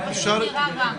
זה פשוט נראה רע.